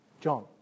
John